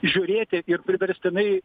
žiūrėti ir priverstinai